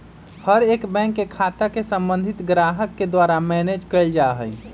हर एक बैंक के खाता के सम्बन्धित ग्राहक के द्वारा मैनेज कइल जा हई